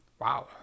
wow